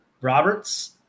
Roberts